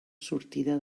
sortida